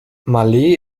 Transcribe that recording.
malé